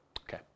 Okay